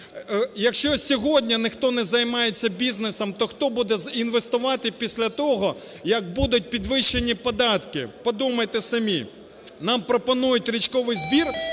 Якщо сьогодні ніхто не займається бізнесом, то хто буде інвестувати після того, як будуть підвищені податки, подумайте самі. Нам пропонують річковий збір,